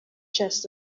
chest